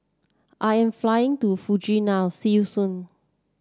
I am flying to Fuji now see you soon